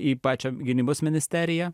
į pačią gynybos ministeriją